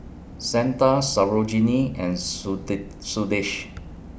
Santha Sarojini and